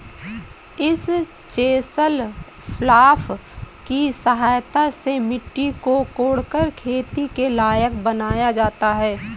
इस chisel plough की सहायता से मिट्टी को कोड़कर खेती के लायक बनाया जाता है